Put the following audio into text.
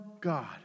God